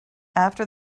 after